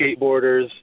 skateboarders